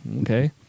Okay